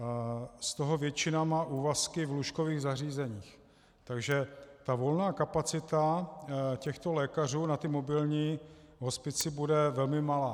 Z toho většina má úvazky v lůžkových zařízeních, takže volná kapacita těchto lékařů na mobilní hospice bude velmi malá.